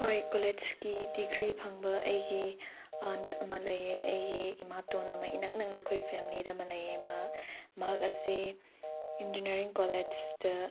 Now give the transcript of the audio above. ꯍꯣꯏ ꯀꯣꯂꯦꯖꯀꯤ ꯗꯤꯒ꯭ꯔꯤ ꯐꯪꯕ ꯑꯩꯒꯤ ꯑꯥꯟꯠ ꯑꯃ ꯂꯩꯌꯦ ꯑꯩꯒꯤ ꯏꯃꯥꯇꯣꯟ ꯑꯃ ꯏꯅꯛ ꯅꯛꯅ ꯑꯩꯈꯣꯏ ꯐꯦꯃꯤꯂꯤꯗ ꯑꯃ ꯂꯩꯌꯦ ꯃꯥ ꯃꯍꯥꯛ ꯑꯁꯤ ꯏꯟꯖꯤꯅꯤꯌꯥꯔꯤꯡ ꯀꯣꯂꯦꯖꯇ